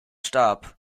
starb